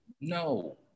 no